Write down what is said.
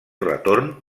retorn